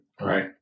Right